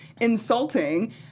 insulting